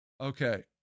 Okay